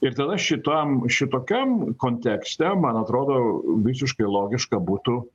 ir tada šitam šitokiam kontekste man atrodo visiškai logiška būtų